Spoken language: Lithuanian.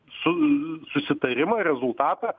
su susitarimą rezultatą